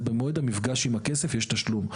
זה במועד המפגש עם הכסף יש תשלום.